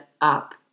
up